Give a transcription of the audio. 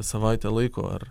savaitę laiko ar